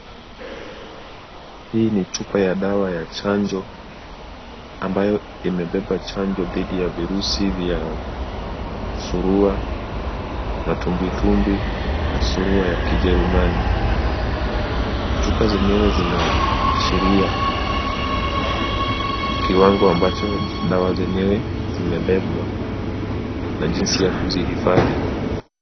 Hii ni chupa ya dawa ya chanjo ambayo imebeba chanjo dhidi ya virusi vya surua, matumbiwitumbwi, na surua ya kijerumani. Chupa zenyewe zinaashiria kiwango ambacho dawa zenyewe zimebebwa na jinsi ya kuzihifadhi.